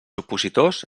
opositors